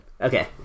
Okay